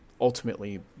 ultimately